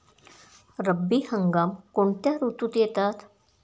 रब्बी हंगाम कोणत्या ऋतूत येतात?